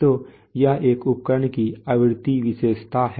तो यह एक उपकरण की आवृत्ति विशेषता हैं